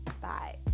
Bye